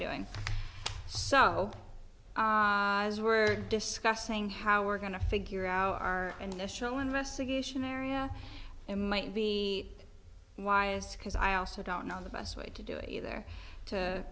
doing so as we were discussing how we're going to figure out our initial investigation area it might be why it's because i also don't know the best way to do it either to